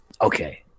Okay